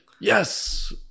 Yes